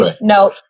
no